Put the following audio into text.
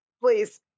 please